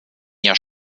jahr